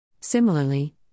Similarly